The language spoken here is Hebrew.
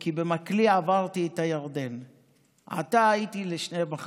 אומרים "כי במקלי עברתי את הירדן הזה ועתה הייתי לשני מחנות"